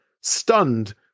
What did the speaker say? stunned